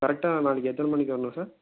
கரெக்டாக நாளைக்கு எத்தனை மணிக்கு வரணும் சார்